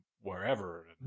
wherever